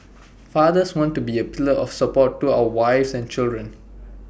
fathers want to be A pillar of support to our wives and children